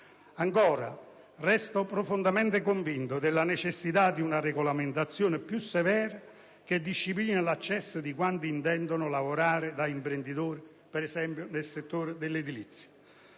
Ancora, resto profondamente convinto della necessità di una regolamentazione più severa che disciplini l'accesso di quanti intendono lavorare da imprenditori, per esempio nel settore dell'edilizia.